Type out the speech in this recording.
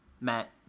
Matt